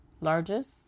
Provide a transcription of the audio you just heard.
largest